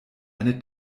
eine